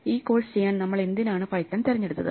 ഈ കോഴ്സ് ചെയ്യാൻ നമ്മൾ എന്തിനാണ് പൈത്തൺ തിരഞ്ഞെടുത്തത്